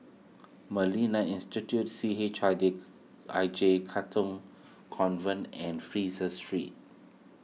Institute C H I I J Katong Convent and Fraser Street